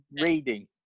reading